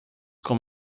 com